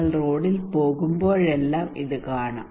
നിങ്ങൾ റോഡിൽ പോകുമ്പോഴെല്ലാം ഇത് കാണാം